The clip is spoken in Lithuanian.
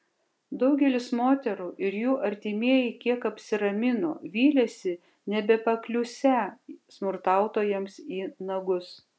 daugelis moterų ir jų artimieji kiek apsiramino vylėsi nebepakliūsią smurtautojams į nagus